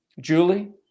Julie